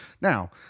Now